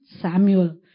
Samuel